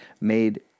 made